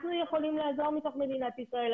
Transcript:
אנחנו יכולים לעזור מתוך מדינת ישראל,